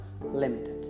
limited